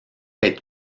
être